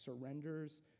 surrenders